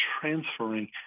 transferring